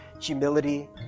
humility